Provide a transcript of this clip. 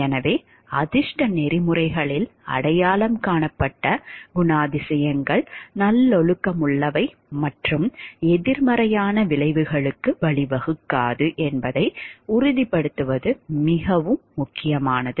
எனவே அதிர்ஷ்ட நெறிமுறைகளில் அடையாளம் காணப்பட்ட குணாதிசயங்கள் நல்லொழுக்கமுள்ளவை மற்றும் எதிர்மறையான விளைவுகளுக்கு வழிவகுக்காது என்பதை உறுதிப்படுத்துவது மிகவும் முக்கியமானது